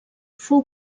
fou